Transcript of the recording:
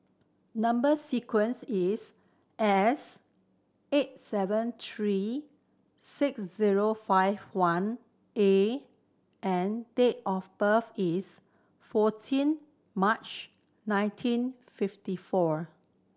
number sequence is S eight seven three six zero five one A and date of birth is fourteen March nineteen fifty four